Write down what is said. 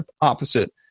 opposite